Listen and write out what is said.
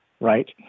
right